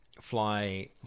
fly